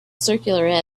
circular